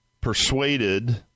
persuaded